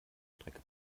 strecke